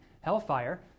hellfire